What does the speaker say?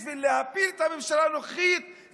בשביל להפיל את הממשלה הנוכחית,